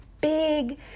big